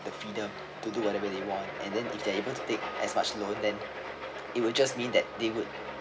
the freedom to do whatever they want and then if they are able to take as much loan then it will just mean that they would